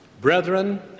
Brethren